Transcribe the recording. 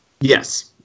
Yes